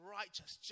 righteous